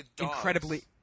incredibly